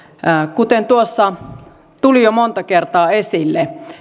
kuten tuossa tuli jo monta kertaa esille